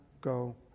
go